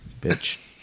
bitch